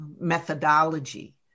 methodology